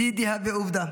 בדידי הווה עובדא.